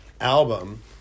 album